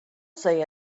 say